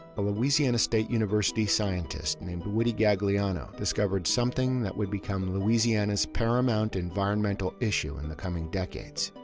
a louisiana state university scientist named woody gagliano discovered something that would become louisiana's paramount environmental issue in the coming decades.